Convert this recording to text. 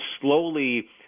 slowly